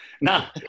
now